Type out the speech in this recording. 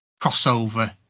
crossover